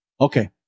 Okay